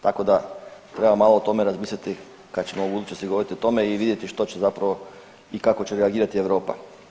Tako da, trebamo malo o tome razmisliti kad ćemo u budućnosti govoriti o tome i vidjeti što će zapravo i kako će reagirati Europa.